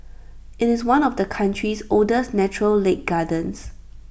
IT is one of the country's oldest natural lake gardens